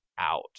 out